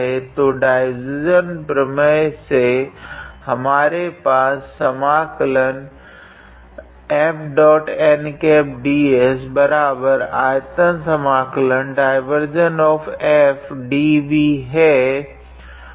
तो डाइवार्जेंस प्रमेय से हमारे पास है